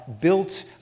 built